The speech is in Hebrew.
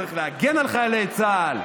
צריך להגן על חיילי צה"ל.